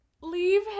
Leave